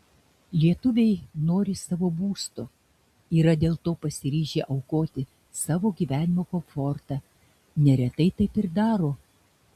lietuviai nori savo būsto yra dėl to pasiryžę aukoti savo gyvenimo komfortą neretai taip ir daro